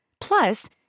Plus